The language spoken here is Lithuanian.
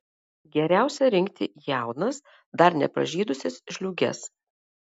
geriausia rinkti jaunas dar nepražydusias žliūges